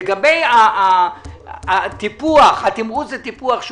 לגבי התמרוץ והטיפוח,